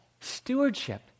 stewardship